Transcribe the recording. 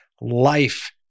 life